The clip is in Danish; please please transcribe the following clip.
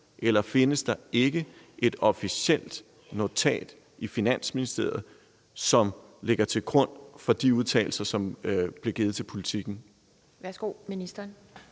eller findes der ikke et officielt notat i Finansministeriet, som ligger til grund for de udtalelser, som blev givet til Politiken?